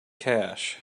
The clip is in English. cash